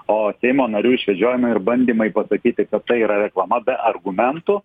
o seimo narių išvedžiojimai ir bandymai pasakyti kad tai yra reklama be argumentų